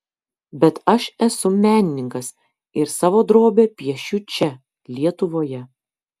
bet aš esu menininkas ir savo drobę piešiu čia lietuvoje